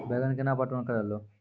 बैंगन केना पटवन करऽ लो?